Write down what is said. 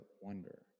wonder